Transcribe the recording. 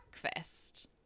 breakfast